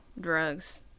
drugs